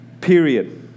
Period